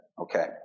Okay